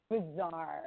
bizarre